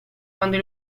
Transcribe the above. quando